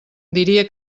diria